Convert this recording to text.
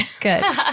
Good